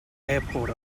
airport